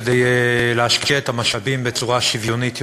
כדי להשקיע את המשאבים בצורה שוויונית יותר.